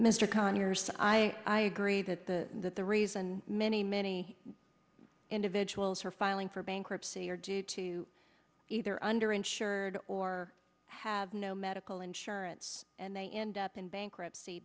said i i agree that the that the reason many many individuals are filing for bankruptcy are due to either under insured or have no medical insurance and they end up in bankruptcy